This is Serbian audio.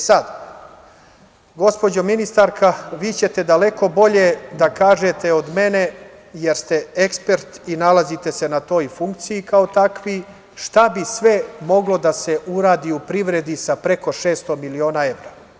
Sad, gospođo ministarka, vi ćete daleko bolje da kažete od mene jer ste ekspert i nalazite se na toj funkciji kao takvi, šta bi sve moglo da se uradi u privredi sa preko 600 miliona evra?